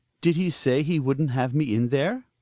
did he say he wouldn't have me in there?